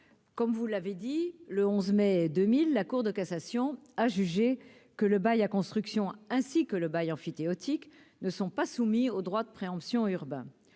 comme vous l'avez dit, le 11 mai 2000, la Cour de cassation a jugé que le bail à construction ainsi que le bail emphytéotique ne sont pas soumis au droit de préemption urbain